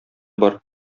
бар